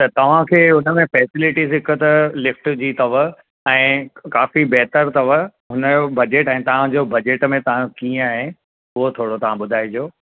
त तव्हांखे उनमें फैसिलिटीस हिकु त लिफ्ट जी अथव ऐं काफ़ी बहितरु अथव हुनजो बजट ऐं तव्हांजो बजट में तव्हां कीअं आहे उहो थोड़ो तव्हां ॿुधाइजो